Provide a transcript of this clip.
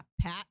Pat